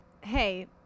Hey